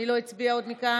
מי לא הצביע עוד מכאן?